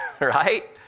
right